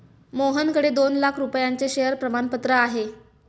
मोहनकडे दोन लाख रुपयांचे शेअर प्रमाणपत्र आहे